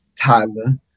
Tyler